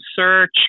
search